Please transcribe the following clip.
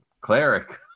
cleric